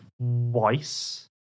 twice